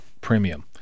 premium